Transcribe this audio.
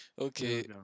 Okay